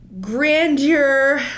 grandeur